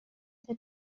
the